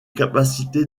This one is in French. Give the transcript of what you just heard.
capacité